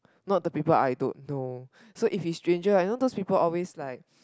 not the people I don't know so if it's stranger like those people are always like